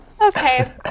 Okay